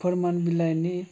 फोरमान बिलाइनि